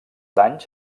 danys